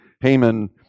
Haman